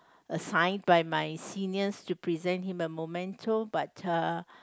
assign by my seniors to present him a memento but err